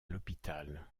l’hôpital